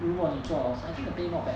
如果你做老师 I think the pay not bad